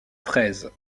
fraise